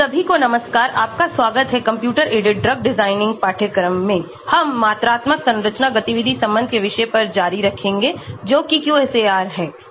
सभी को नमस्कार आपका स्वागत है कंप्यूटर एडेड ड्रग डिज़ाइन पाठ्यक्रम में हम मात्रात्मक संरचना गतिविधि संबंध के विषय पर जारी रखेंगे जो कि QSAR है